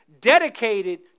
dedicated